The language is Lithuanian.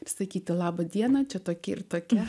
sakyti laba diena čia tokie ir tokia